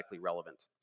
relevant